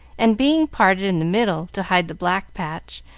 and being parted in the middle, to hide the black patch,